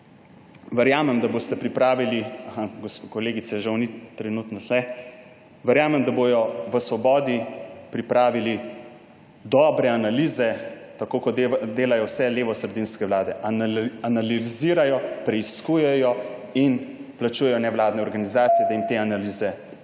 Verjamem, da bodo v Svobodi pripravili dobre analize. Tako kot delajo vse levosredinske vlade: analizirajo, preiskujejo in plačujejo nevladne organizacije, da jim delajo te analize.